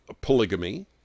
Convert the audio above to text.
polygamy